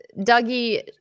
Dougie